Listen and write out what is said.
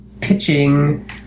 pitching